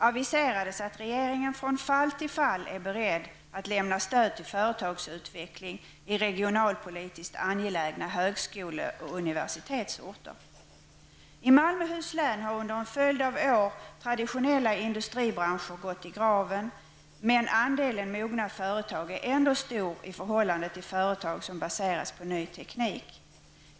aviserades att regeringen från fall till fall är beredd att lämna stöd till företagsutveckling i regionalpolitiskt angelägna högskole och universitetsorter. I Malmöhus län har under en följd av år traditionella industribranscher gått i graven, men andelen mogna företag är ändå stor i förhållande till företag som baseras på ny teknik.